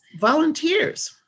volunteers